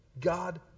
God